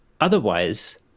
otherwise